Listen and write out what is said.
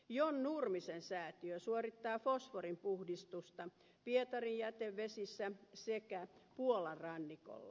john nurmisen säätiö suorittaa fosforin puhdistusta pietarin jätevesissä sekä puolan rannikolla